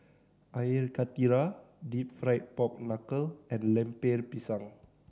Air Karthira Deep Fried Pork Knuckle and Lemper Pisang